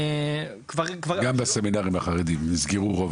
--- גם בסמינרים החרדים, נסגרו הרוב.